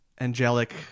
angelic